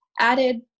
added